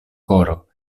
koro